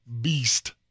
Beast